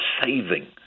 saving